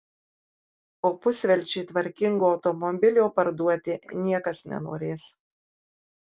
o pusvelčiui tvarkingo automobilio parduoti niekas nenorės